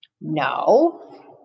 No